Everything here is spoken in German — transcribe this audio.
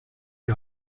die